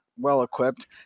well-equipped